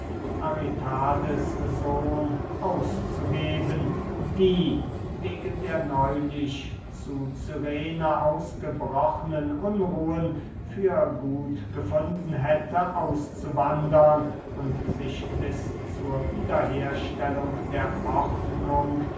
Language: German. aritadessohn auszugeben die wegen der neulich zu cyrene ausgebrochnen unruhen für gut gefunden hätte auszuwandern und sich bis zur wiederherstellung der